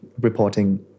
reporting